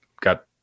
got